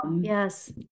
Yes